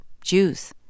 Jews